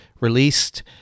released